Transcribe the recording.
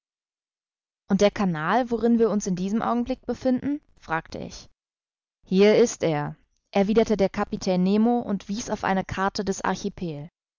und der canal worin wir uns in dem augenblick befinden fragte ich hier ist er erwiderte der kapitän nemo und wies auf eine karte des archipel